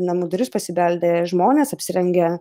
namų duris pasibeldė žmonės apsirengę